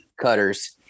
cutters